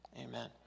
Amen